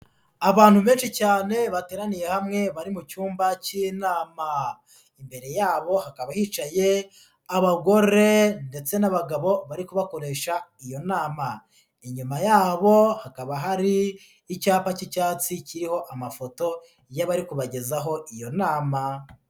Abantu benshi cyane bateraniye hamwe bari mu cyumba cy'inama, imbere yabo hakaba hicaye abagore ndetse n'abagabo bari kubakoresha iyo nama, inyuma yabo hakaba hari icyapa cy'icyatsi kiriho amafoto y'abari kubagezaho iyo nama.